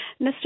Mr